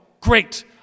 Great